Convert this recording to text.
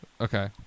Okay